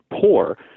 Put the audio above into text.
poor